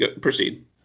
proceed